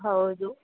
ಹೌದು